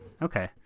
Okay